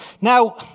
now